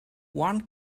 one